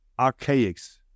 Archaics